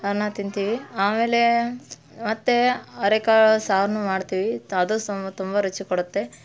ಅವನ್ನ ತಿಂತೀವಿ ಆಮೇಲೆ ಮತ್ತು ಅವರೆಕಾಳು ಸಾರ್ನೂ ಮಾಡ್ತೀವಿ ತ ಅದು ಸುಮ್ ತುಂಬ ರುಚಿ ಕೊಡುತ್ತೆ